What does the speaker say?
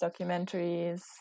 documentaries